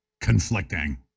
conflicting